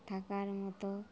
থাকার মতো